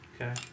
Okay